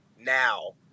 now